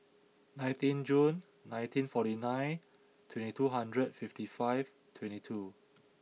nineteen June nineteen forty nine twenty two hundred fifty five twenty two